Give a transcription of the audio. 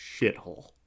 shithole